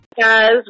Guys